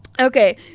Okay